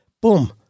boom